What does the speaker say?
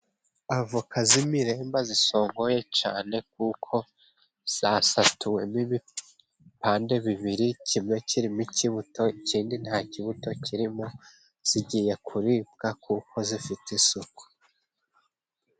Avoka z'imiremba zisongoye cyane kuko zasatuwemo ibipande bibiri, kimwe kiririmo kibuto ikindi nta kibuto kirimo, zigiye kuribwa kuko zifite isuku.